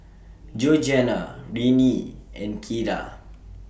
Georgiana Renea and Kyra